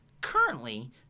currently